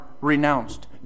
renounced